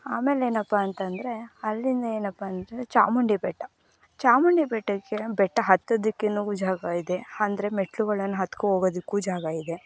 ಆಮೇಲೆ ಏನಪ್ಪಾ ಅಂತಂದರೆ ಅಲ್ಲಿನ ಏನಪ್ಪಾ ಅಂದರೆ ಚಾಮುಂಡಿ ಬೆಟ್ಟ ಚಾಮುಂಡಿ ಬೆಟ್ಟಕ್ಕೆ ಬೆಟ್ಟ ಹತ್ತೋದಕ್ಕೆ ಇನ್ನೂ ಜಾಗ ಇದೆ ಅಂದ್ರೆ ಮೆಟ್ಲುಗಳನ್ನು ಹತ್ಕೊ ಹೋಗೋದಕ್ಕೂ ಜಾಗ ಇದೆ